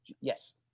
Yes